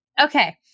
Okay